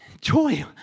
joy